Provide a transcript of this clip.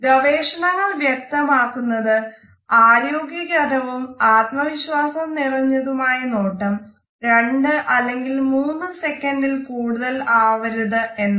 ഗവേഷണങ്ങൾ വ്യക്തമാക്കുന്നത് ആരോഗ്യകരവും ആത്മവിശ്വാസം നിറഞ്ഞതുമായ നോട്ടം 2 അല്ലെങ്കിൽ 3 സെക്കൻഡിൽ കൂടുതൽ ആവരുത് എന്നാണ്